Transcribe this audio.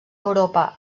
europa